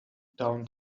down